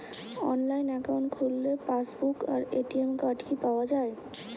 Online account খুললে passbook আর ATM card কি পাওয়া যায়?